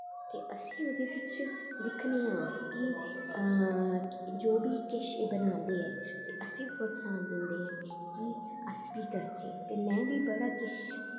ते असी ओह्दे बिच एह् दिक्खनेआं कि जो बी कि बना दे ऐ ते असी प्रोत्साहन दिंदे ऐ कि अस बी करचै ते में बी बड़ा किश